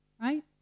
Right